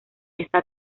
está